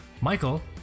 Michael